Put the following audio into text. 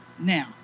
now